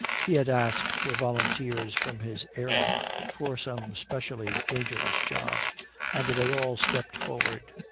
he had asked for volunteers from his airmen for some specially dangerous job and they all stepped forward.